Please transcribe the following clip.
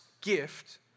gift